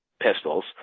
pistols